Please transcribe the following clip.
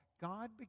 God